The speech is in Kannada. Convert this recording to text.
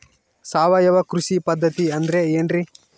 ಸಾವಯವ ಕೃಷಿ ಪದ್ಧತಿ ಅಂದ್ರೆ ಏನ್ರಿ?